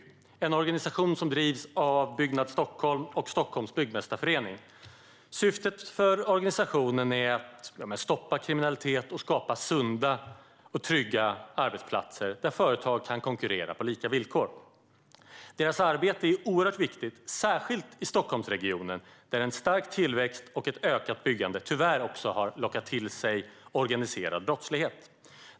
Det är en organisation som drivs av Byggnads Stockholm och Stockholms Byggmästareförening. Organisationens syfte är att stoppa kriminalitet och skapa sunda och trygga arbetsplatser där företag kan konkurrera på lika villkor. Deras arbete är oerhört viktigt, särskilt i Stockholmsregionen där en stark tillväxt och ett ökat byggande tyvärr också har lockat till sig organiserad brottslighet.